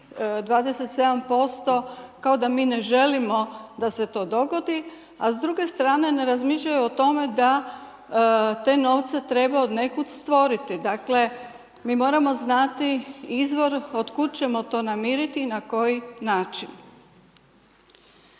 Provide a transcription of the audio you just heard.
27% kao da mi ne želimo da se to dogodi. A s druge strane ne razmišljaju o tome, da te novce treba od nekud stvoriti. Dakle, mi moramo znati izvor od kud ćemo to namiriti i na koji način.